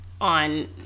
on